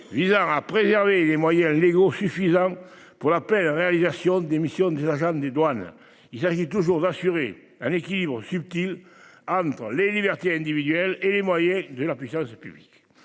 visant à préserver les moyens légaux suffisant pour la paix, la réalisation des missions des agents des douanes. Il s'agit toujours d'assurer un équilibre subtil entre les libertés individuelles et les moyens de la puissance publique.